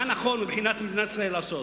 מה נכון מבחינת מדינת ישראל לעשות.